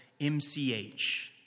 MCH